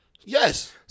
Yes